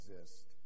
exist